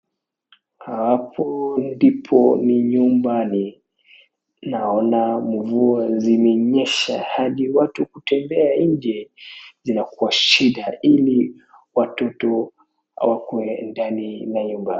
Hapo ndipo ni nyumbani. Naona mvua zilinyesha hadi watu kutembea nje zinakuwa shida, ili watoto wakuwe ndani la nyumba.